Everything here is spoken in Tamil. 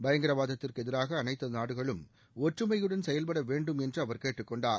பயங்கரவாதத்திற்கு எதிராக அனைத்து நாடுகளும் ஒற்றுமையுடன் செயல்பட வேண்டும் என்று அவர் கேட்டுக் கொண்டார்